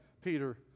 peter